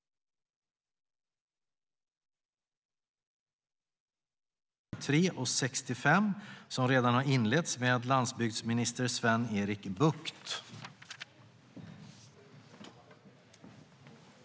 § 7)